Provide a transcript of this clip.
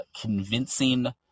convincing